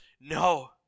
No